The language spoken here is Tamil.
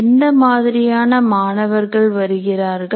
எந்த மாதிரியான மாணவர்கள் வருகிறார்கள்